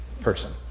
person